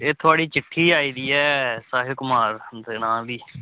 एह् थुआढ़ी चिट्ठी आई दी ऐ साहिल कुमार दे नाम दी